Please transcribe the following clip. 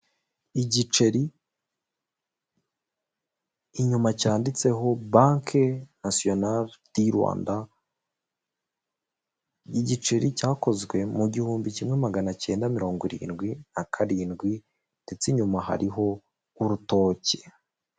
Igiceri inyuma cyanditseho banki nasiyonari di Rwanda, igiceri cyakozwe mu gihumbi kimwe magana kenda mirongo irindwi na karindwi ndetse inyuma hariho urutoki.